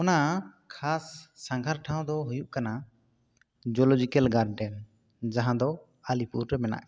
ᱚᱱᱟ ᱠᱷᱟᱥ ᱥᱟᱸᱜᱷᱟᱨ ᱴᱷᱟᱶ ᱫᱚ ᱦᱩᱭᱩᱜ ᱠᱟᱱᱟ ᱡᱚᱞᱚᱡᱤᱠᱟᱞ ᱜᱟᱨᱰᱮᱱ ᱡᱟᱦᱟᱸ ᱫᱚ ᱟᱞᱤᱯᱩᱨ ᱨᱮ ᱢᱮᱱᱟᱜ ᱟᱠᱟᱫᱟ